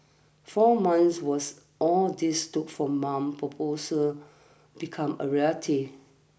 four months was all this took for Ma's proposal become a reality